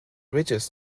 ridges